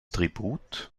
tribut